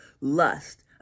lust